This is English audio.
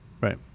right